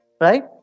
Right